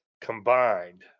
combined